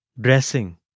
Dressing